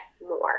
more